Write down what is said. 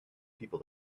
people